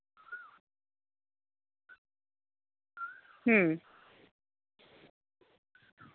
ᱦᱮᱸ